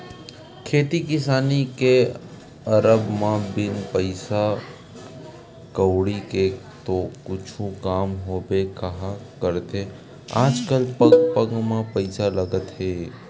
खेती किसानी के करब म बिन पइसा कउड़ी के तो कुछु काम होबे काँहा करथे आजकल पग पग म पइसा लगना हे